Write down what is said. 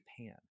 Japan